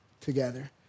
together